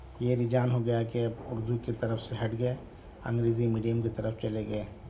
یہ رجحان ہو گیا کہ اب اردو کی طرف سے ہٹ گئے انگریزی میڈیم کی طرف چلے گئے